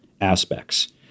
aspects